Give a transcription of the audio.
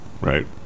right